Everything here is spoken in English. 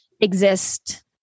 exist